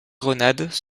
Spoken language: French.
grenades